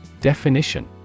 Definition